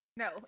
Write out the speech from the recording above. No